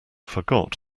forgot